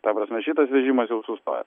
ta prasme šitas vežimas jau sustojo